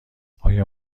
آیا